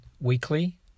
weekly